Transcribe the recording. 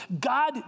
God